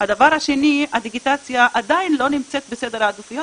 הדבר השני הדיגיטציה עדיין לא נמצאת בסדר העדיפויות,